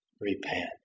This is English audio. repent